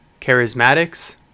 charismatics